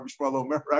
right